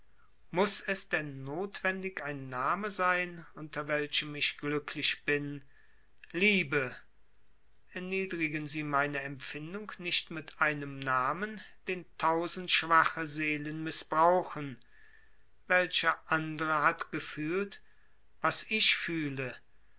muß es denn notwendig ein name sein unter welchem ich glücklich bin liebe erniedrigen sie meine empfindung nicht mit einem namen den tausend schwache seelen mißbrauchen welcher andere hat gefühlt was ich fühle